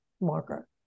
marker